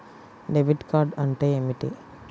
Debit card అంటే ఏమిటి?